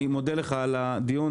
אני מודה לך על הדיון,